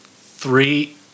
Three